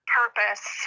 purpose